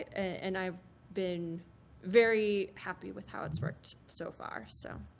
and i've been very happy with how it's worked so far. so